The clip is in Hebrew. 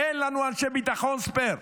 אין לנו אנשי ביטחון ספייר,